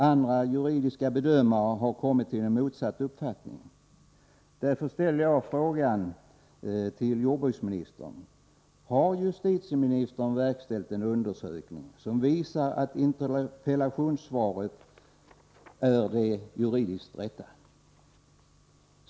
Andra juridiska bedömare har kommit till en motsatt uppfattning.